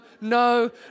no